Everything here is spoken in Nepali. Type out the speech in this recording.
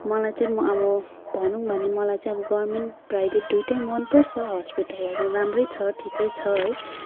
मलाई चाहिँ म अब भनौँ भने मलाई चाहिँ गभर्मेन्ट प्राइभेट दुईटै मनपर्छ हस्पिटलहरू राम्रै छ ठिकै छ है